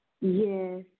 Yes